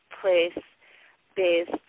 place-based